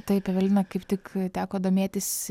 taip evelina kaip tik teko domėtis